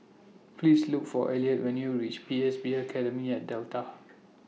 Please Look For Elliott when YOU REACH P S B Academy At Delta